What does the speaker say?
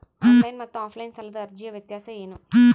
Online ಮತ್ತು offline ಸಾಲದ ಅರ್ಜಿಯ ವ್ಯತ್ಯಾಸ ಏನು?